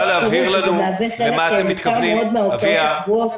שזה מהווה חלק ניכר מאוד מן ההוצאות הקבועות.